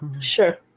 Sure